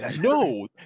no